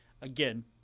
Again